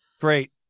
great